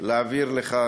להעביר לך